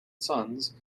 sons